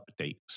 updates